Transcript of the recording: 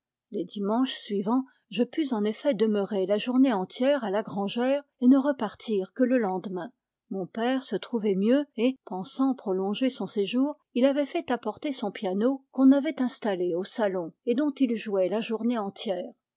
les dimanches suivants je pus en effet demeurer la journée entière à la grangère et ne repartir que le lendemain mon père se trouvait mieux et pensant prolonger son séjour il avait fait apporter son piano qu'on avait installé au salon et dont il jouait la journée entière